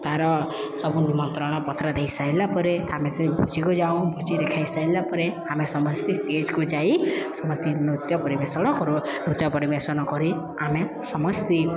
ତାର ସବୁ ନିମନ୍ତ୍ରଣ ପତ୍ର ଦେଇସାରିଲା ପରେ ଆମେ ସେ ଭୋଜିକୁ ଯାଉ ଭୋଜିରେ ଖାଇସାରିଲା ପରେ ଆମେ ସମସ୍ତେ ଷ୍ଟେଜକୁ ଯାଇ ସମସ୍ତେ ନୃତ୍ୟ ପରିବେଷଣ କରୁ ନୃତ୍ୟ ପରିବେଷଣ କରି ଆମେ ସମସ୍ତେ